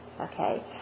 okay